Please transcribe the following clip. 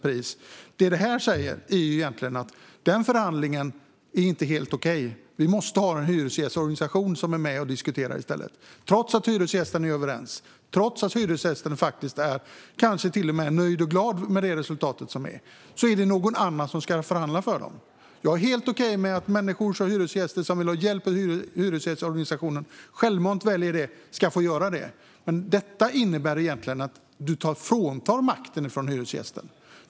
Vad betänkandet säger är egentligen att den förhandlingen inte är helt okej. Man måste i stället ha en hyresgästorganisation som är med och diskuterar. Trots att hyresgästerna är överens med hyresvärden och kanske till och med är nöjda och glada över resultatet, är det någon annan som ska förhandla för dem. Jag är helt okej med att hyresgäster som självmant väljer att ta hjälp av en hyresgästorganisation ska få göra det. Men detta innebär egentligen att man fråntar makten från hyresgästen.